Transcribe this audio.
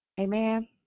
Amen